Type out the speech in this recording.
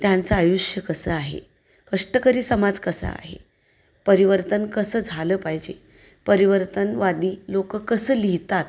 त्यांचं आयुष्य कसं आहे कष्टकरी समाज कसा आहे परिवर्तन कसं झालं पाहिजे परिवर्तनवादी लोक कसं लिहितात